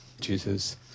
Jesus